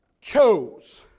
chose